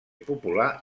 popular